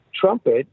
trumpet